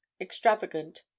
extravagant